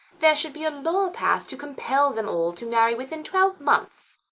there should be a law passed to compel them all to marry within twelve months.